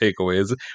takeaways